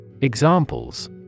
Examples